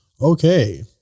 Okay